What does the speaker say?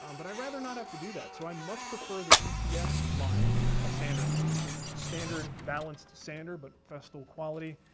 um but i'd rather not have to do that, so i much prefer the ets line of sanders which is your standard balanced sander, but festool quality,